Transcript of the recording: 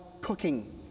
cooking